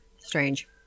Strange